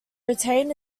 retain